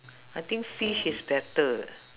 I think fish is better